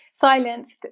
silenced